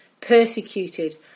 persecuted